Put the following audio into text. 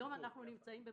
היום אנחנו במצב